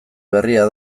berria